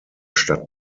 stadt